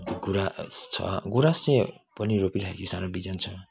गुराँस छ गुराँस चाहिँ पनि रोपी राखेको सानो बिजन छ